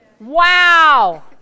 Wow